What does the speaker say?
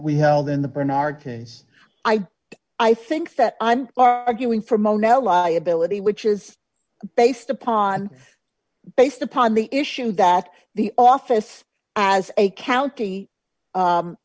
we held in the bernard case i think that i'm arguing for mono liability which is based upon based upon the issue that the office as a county